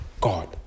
God